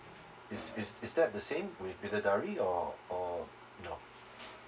is is is that the same with bidadari or or no